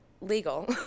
legal